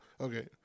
okay